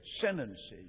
sentences